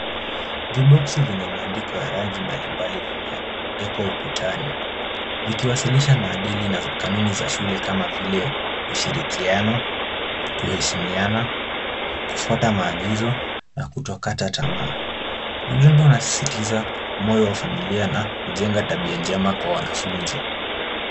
Viboksi vyenye maandiko ya rangi mbalimbali vimeekwa ukutani vikiwasilisha maadili na kanuni za shule kama vile; ushirikiano, kuheshimiana, kufuata maagizo na kutokata tamaa. Ujumbe unasitiza moyo wa familia na kujenga tabia njema kwa wanafunzi.